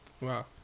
Wow